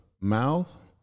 mouth